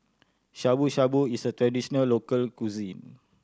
Shabu Shabu is a traditional local cuisine